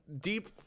deep